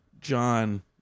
John